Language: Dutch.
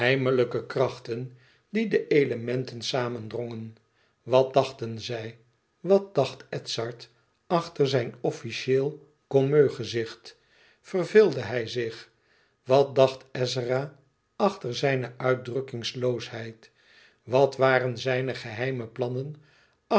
krachten die de elementen samendrongen wat dachten zij wat dacht edzard achter zijn officieel gommeux gezicht verveelde hij zich wat dacht ezzera achter zijne uitdrukkingloosheid wat waren zijne geheime plannen